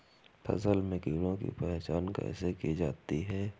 फसल में कीड़ों की पहचान कैसे की जाती है?